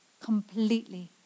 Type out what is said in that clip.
Completely